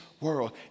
world